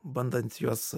bandant juos